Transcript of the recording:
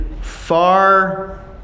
far